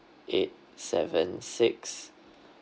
eight seven six